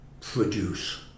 produce